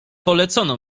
polecono